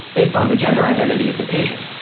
based on the gender identity of the patient.